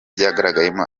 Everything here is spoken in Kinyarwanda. yagaragayemo